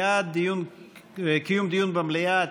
בעד קיום דיון במליאה,